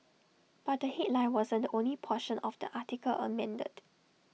but the headline wasn't the only portion of the article amended